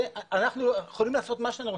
אנחנו יכולים לעשות מה שאנחנו רוצים,